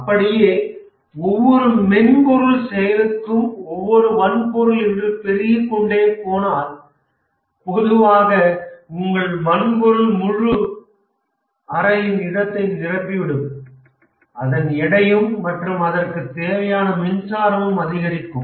அப்படியே ஒவ்வொரு மென்பொருள் செயலுக்கும் ஒவ்வொரு வன்பொருள் என்று பெருகி கொண்டே போனால் மெதுவாக உங்கள் வன்பொருள் முழு அறையின் இடத்தை நிரம்பிவிடும் அதன் எடையும் மற்றும் அதற்கு தேவையான மின்சாரமும் அதிகரிக்கும்